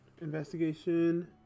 Investigation